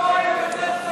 לא ראית את זה.